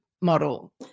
model